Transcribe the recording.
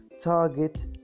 target